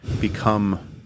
become